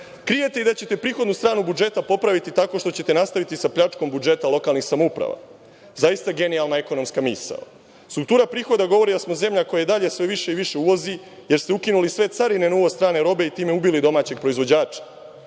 Krijete i da ćete prihodnu stranu budžeta popraviti tako što ćete nastaviti sa pljačkom budžeta lokalnih samouprava. Zaista genijalna ekonomska misao. Struktura prihoda govori da smo zemlja koja i dalje sve više i više uvozi, jer ste ukinuli sve carine na uvoz strane robe i time ubili domaćeg proizvođača.